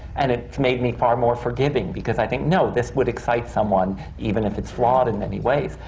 and it's made me far more forgiving, because i think, no, this would excite someone, even if it's flawed in many ways.